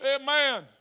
Amen